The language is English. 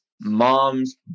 mom's